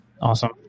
Awesome